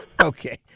Okay